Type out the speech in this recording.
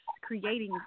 creating –